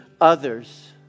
others